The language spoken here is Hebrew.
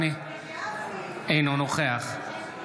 אינו נוכח אבי